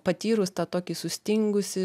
patyrus tą tokį sustingusį